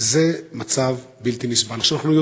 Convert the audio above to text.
היה עיכוב לחקירה, ואחר כך הם שוחררו.